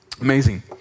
Amazing